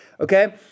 okay